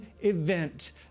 event